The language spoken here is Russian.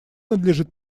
надлежит